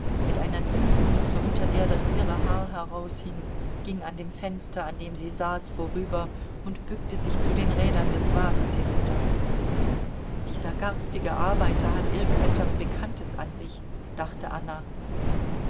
mit einer dienstmütze unter der das wirre haar heraushing ging an dem fenster an dem sie saß vorüber und bückte sich zu den rädern des wagens hinunter dieser garstige arbeiter hat irgend etwas bekanntes an sich dachte anna